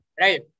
right